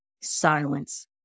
silence